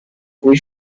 cui